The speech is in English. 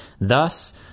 Thus